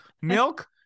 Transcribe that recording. milk